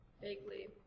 vaguely